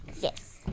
Yes